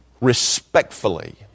respectfully